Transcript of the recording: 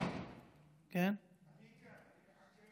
אתה רוצה